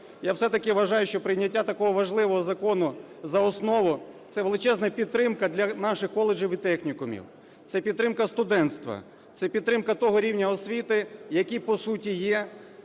я все-таки вважаю, що прийняття такого важливого закону за основу – це величезна підтримка для наших коледжів і технікумів, це підтримка студентства, це підтримка того рівня освіти, який, по суті, є